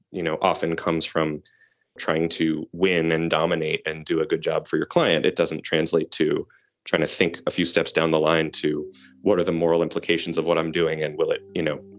you know, often comes from trying to win and dominate and do a good job for your client it doesn't translate to trying to think a few steps down the line to what are the moral implications of what i'm doing and will it, you know,